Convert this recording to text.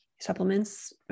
supplements